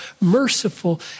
merciful